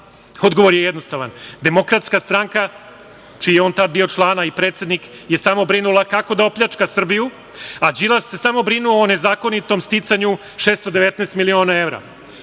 Odgovor je jednostavan, Demokratska stranka, čiji je on tada bio član, a i predsednik, je samo brinula kako da opljačka Srbiju, a Đilas se samo brinuo o nezakonitom sticanju 619 miliona evra. Da